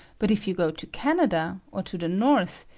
but if you go to canada, or to the north,